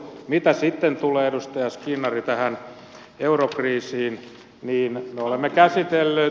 mitä sitten tulee edustaja skinnari tähän eurokriisiin niin me olemme käsitelleet